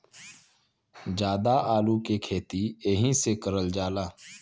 जादा आलू के खेती एहि से करल जाला